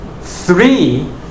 three